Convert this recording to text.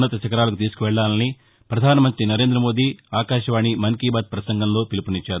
ఉన్నత శిఖరాలకు తీసుకువెళ్ళాలని పధానమంతి నరేందమోదీ ఆకాశవాణి మన్కీబాత్ పసంగంలో పిలుపునిచ్చారు